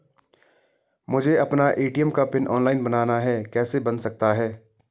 मुझे अपना ए.टी.एम का पिन ऑनलाइन बनाना है कैसे बन सकता है?